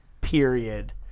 period